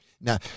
Now